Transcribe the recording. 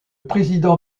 président